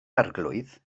arglwydd